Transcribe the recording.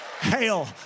Hail